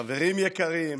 חברים יקרים,